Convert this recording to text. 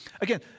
again